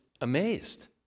amazed